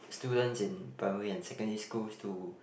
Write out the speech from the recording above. students in primary and secondary schools to